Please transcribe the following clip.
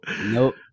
Nope